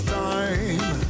time